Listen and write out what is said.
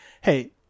Hey